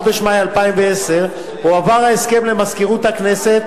בחודש מאי 2010 הועבר ההסכם למזכירות הכנסת